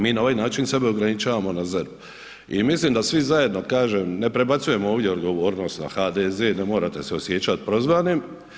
Mi na ovaj način sebe ograničavamo na ZERP i mislim da svi zajedno kažem, ne prebacujem ovdje odgovornost na HDZ, ne morate se osjećat prozvanim.